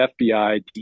FBI